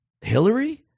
Hillary